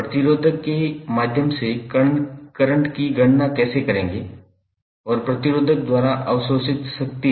प्रतिरोधक के माध्यम से करंट की गणना कैसे करेंगे और प्रतिरोधक द्वारा अवशोषित शक्ति